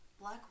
Black